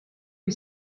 est